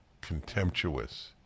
contemptuous